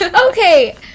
okay